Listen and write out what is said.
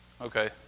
Okay